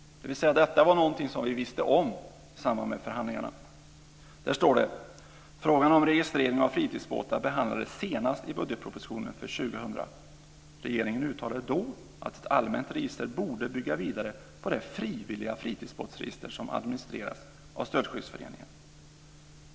Detta var någonting som vi visste om i samband med förhandlingarna. Där står: Frågan om registrering av fritidsbåtar behandlades senast i budgetpropositionen för år 2000. Regeringen uttalade då att ett allmänt register borde bygga vidare på det frivilliga fritidsbåtsregister som administreras av Stöldskyddsföreningen.